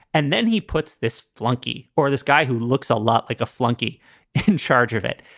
and then he puts this flunky or this guy who looks a lot like a flunky in charge of it,